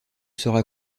sera